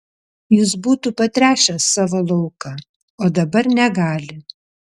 jis būtų patręšęs savo lauką o dabar negali